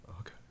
okay